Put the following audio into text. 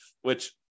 Which-